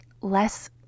less